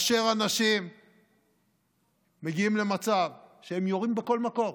אנשים מגיעים למצב שהם יורים בכל מקום,